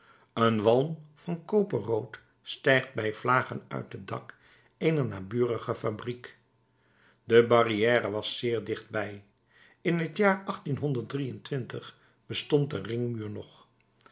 een walm van koperrood stijgt bij vlagen uit het dak eener naburige fabriek de barrière was zeer dicht bij in t jaar bestond de ringmuur nog